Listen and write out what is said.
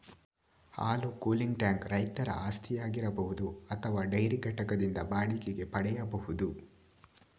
ಹಾಲು cooling tank ರೈತರ ಆಸ್ತಿಯಾಗಿರಬಹುದು ಅಥವಾ ಡೈರಿ ಘಟಕದಿಂದ ಬಾಡಿಗೆಗೆ ಪಡೆಯಬಹುದು